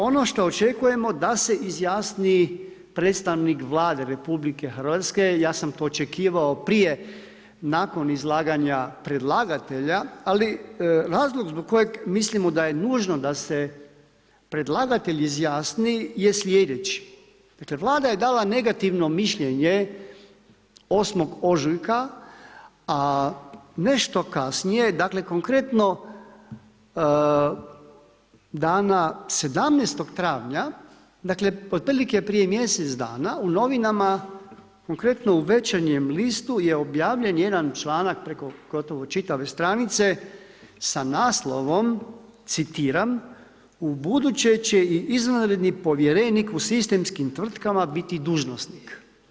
Ono šta očekujemo da se izjasni predstavnik Vlade RH, ja sam to očekivao prije, nakon izlaganja predlagatelja, ali razlog zbog kojeg mislimo da je nužno da se predlagatelj izjasni je slijedeći: dakle Vlada je dala negativno mišljenje 8. ožujka, a nešto kasnije, dakle konkretno dana 17. travnja, dakle otprilike prije mjesec dana u novinama, konkretno u Večernjem listu je objavljen jedan članak preko gotovo čitave stranice sa naslovom, citiram: Ubuduće će i izvanredni povjerenik u sistemskim tvrtkama biti dužnosnik.